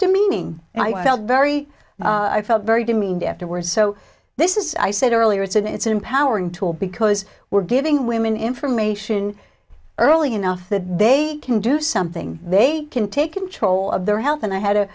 demeaning and i felt very i felt very demeaned afterwards so this is i said earlier it's an it's empowering tool because we're giving women information early enough that they can do something they can take all of their health and i had a